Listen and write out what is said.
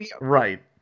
Right